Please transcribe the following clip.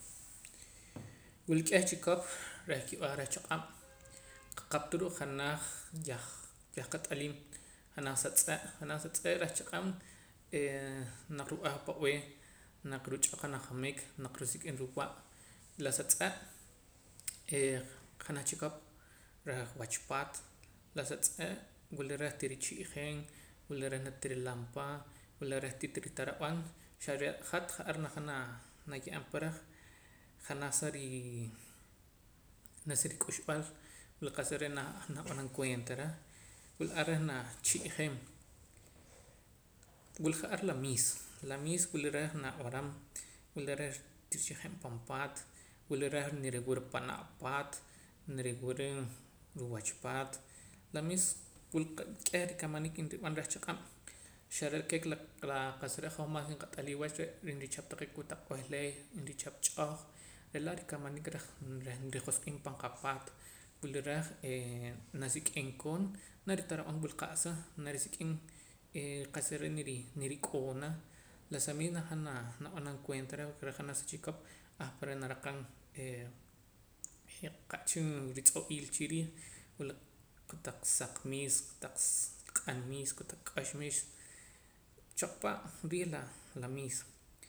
Wul k'eh chikop reh ki'b'eja reh chaq'ab' qaqap ta ruu' janaj yaj yah qat'aliim janaj sa tz'e' janaj sa tz'e' reh chaq'ab' eh naq rib'eja pab'ee naq ruch'qom ajomik naq risik'im riwa' la sa tz'e' ej janaj chikop reh wach paat la sa tz'e' wula reh tirichi'jeem wula reh natirilam pa wula reh titiritarab'am xa re' hat ja'ar najaam naa naye'eem pa reh janaj sa rii naj si rik'uxb'aal ruu' qa'sa re' na nab'anam cuenta reh wul ar reh nacha'jeem wul ja'ar la miis la miis wula reh nab'aram wula reh tiricha'jeem pan paat wula reh niriwura panaa' paat niriwura ruwach paat la miis wul qa' k'eh rikamaniik nrib'an reh chaq'ab' xa re' keek la qa'sa re' hoj mas qat'alii wach re' nrichap taqee' kotaq b'ehleey y nrichap ch'oh re'laa' rikamaniik reh reh nrijosq'iim pan qapaat wula rej naa nasik'im koon naritarab'am wul qa'sa narisik'im eeh qa'sa re' niri nirik'oona la sa miis najaam na nab'anam cuenta reh porque re' janaj sa chikop ahpare' naraqam eh qa'cha ritz'o'il chiriij wul kotaq saq miis kota q'an miis kotaq k'ox miis choqpa' wii' la la miis